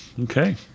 Okay